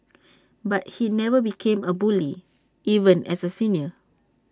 but he never became A bully even as A senior